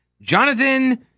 Jonathan